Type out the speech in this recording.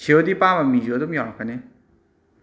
ꯁꯤ O D ꯄꯥꯝꯕ ꯃꯤꯁꯨ ꯑꯗꯨꯝ ꯌꯥꯎꯔꯛꯀꯅꯤ